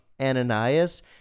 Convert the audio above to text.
Ananias